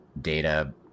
data